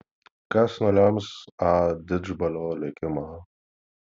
kas nulems a didžbalio likimą